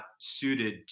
suited